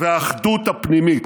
והאחדות הפנימית.